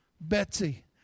Betsy